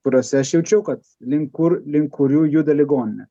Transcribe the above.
kuriose aš jaučiau kad link kur link kurių juda ligoninė